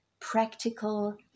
practical